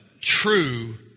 true